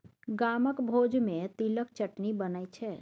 गामक भोज मे तिलक चटनी बनै छै